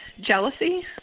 jealousy